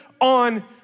on